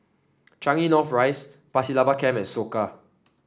Changi North Rise Pasir Laba Camp and Soka